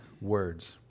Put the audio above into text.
words